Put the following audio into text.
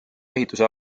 ehituse